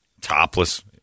topless